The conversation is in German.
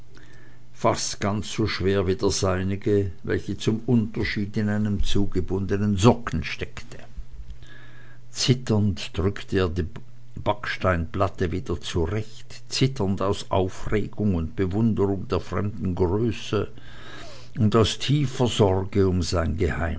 fast ganz so schwer wie der seinige welcher zum unterschied in einem zugebundenen socken steckte zitternd drückte er die backsteinplatte wieder zurecht zitternd aus aufregung und bewunderung der fremden größe und aus tiefer sorge um sein